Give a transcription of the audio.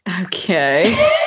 Okay